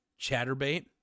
ChatterBait